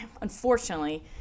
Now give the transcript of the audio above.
unfortunately